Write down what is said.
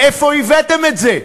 מאיפה הבאתם את זה?